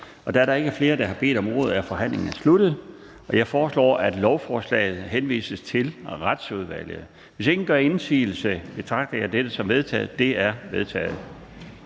Da der ikke er flere, der har bedt om ordet, er forhandlingen sluttet. Jeg foreslår, at lovforslaget henvises til Retsudvalget. Hvis ingen gør indsigelse, betragter jeg dette som vedtaget. Det er vedtaget.